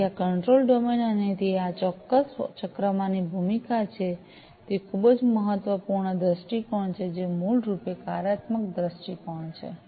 તેથી આ control domain અને તે આ ચોક્કસ ચક્રમાંની ભૂમિકા છે તે ખૂબ જ મહત્વપૂર્ણ દૃષ્ટિકોણ છે જે મૂળરૂપે કાર્યાત્મક દૃષ્ટિકોણ છે